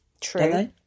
True